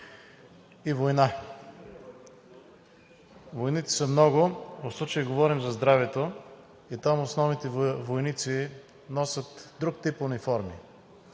и война. Войните са много, но в случая говорим за здравето и там основните войници носят друг тип униформи